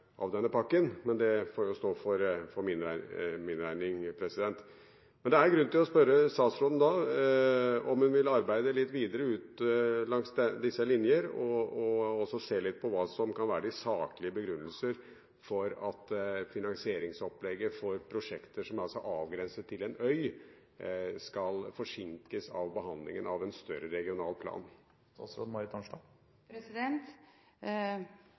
denne pakken, men det får stå for min regning. Men det er grunn til å spørre statsråden om hun vil arbeide litt videre langs disse linjer og også se litt på hva som kan være de saklige begrunnelser for at finansieringsopplegget for prosjekter som er avgrenset til en øy, skal forsinkes av behandlingen av en større regional plan.